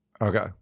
Okay